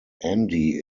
andy